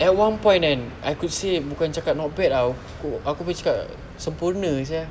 at one point kan I could say bukan cakap not bad ah aku boleh cakap sempurna sia